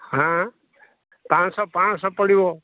ହଁ ପାଞ୍ଚଶହ ପାଞ୍ଚଶହ ପଡ଼ିବ